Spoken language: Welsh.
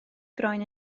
groen